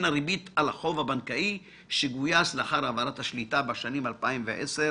הריבית על החוב הבנקאי שגויס לאחר העברת השליטה בשנים 2010,2017,